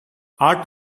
art